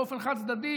באופן חד-צדדי,